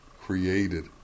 created